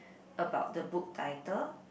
about the book title